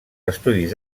estudis